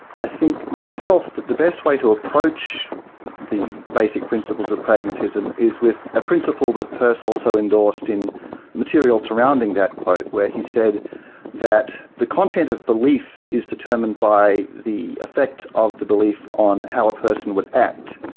i think, myself, that the best way to approach the basic principles of pragmatism is with a principle that peirce also endorsed in material surrounding that quote, where he said that the content of belief is determined by the effect of the belief on how a person would act.